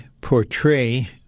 portray